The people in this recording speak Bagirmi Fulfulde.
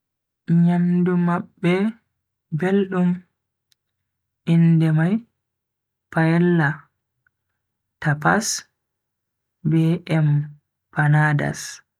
Nyamdu mabbe beldum, inde nyamdu mai paella, tapas be empanadas.